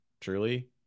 truly